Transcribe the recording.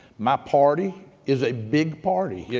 my party is a big party. yeah